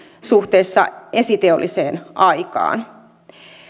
suhteessa esiteolliseen aikaan